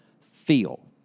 feel